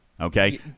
Okay